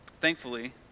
Thankfully